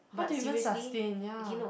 how do you even sustain ya